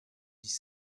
dix